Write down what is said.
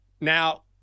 now